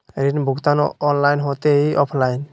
ऋण भुगतान ऑनलाइन होते की ऑफलाइन?